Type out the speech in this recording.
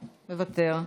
מוותר,